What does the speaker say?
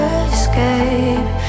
escape